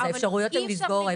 אז האפשרויות הן לסגור,